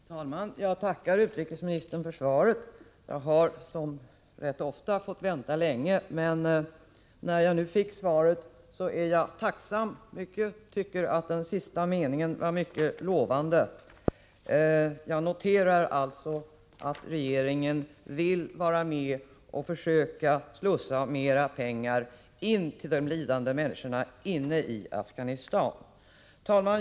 Herr talman! Jag tackar utrikesministern för svaret. Jag har som rätt ofta förr fått vänta länge, men när jag nu fått svaret är jag tacksam. Jag tycker att den sista meningen i svaret är mycket lovande. Jag noterar alltså att regeringen vill vara med och försöka slussa mera pengar till de lidande människorna inne i Afghanistan. Herr talman!